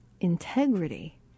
integrity